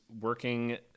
working